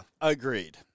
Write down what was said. Agreed